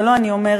זה לא אני אומרת,